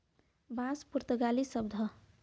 बांस पुर्तगाली शब्द हौ